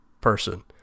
person